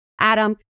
Adam